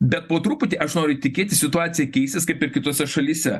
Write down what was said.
bet po truputį aš noriu tikėti situacija keisis kaip ir kitose šalyse